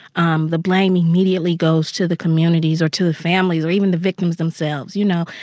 um the blame immediately goes to the communities or to the families or even the victims themselves. you know,